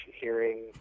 hearing